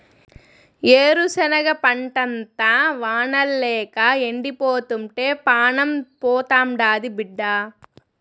ఏరుశనగ పంటంతా వానల్లేక ఎండిపోతుంటే పానం పోతాండాది బిడ్డా